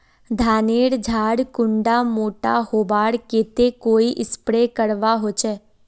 धानेर झार कुंडा मोटा होबार केते कोई स्प्रे करवा होचए?